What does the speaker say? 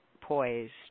poised